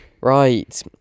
right